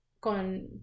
Con